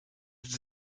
sie